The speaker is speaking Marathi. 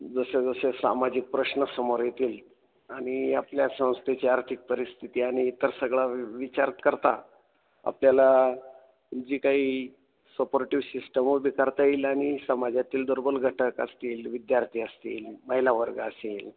जसे जसे सामाजिक प्रश्न समोर येतील आणि आपल्या संस्थेची आर्थिक परिस्थिती आणि इतर सगळा विचार करता आपल्याला जी काही सपोर्टिव्ह सिस्टम वो बी करता येईल आणि समाजातील दुर्बल घटक असतील येईल विद्यार्थी असतील महिला वर्ग असेल